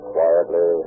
Quietly